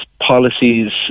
policies